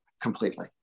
completely